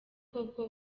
koko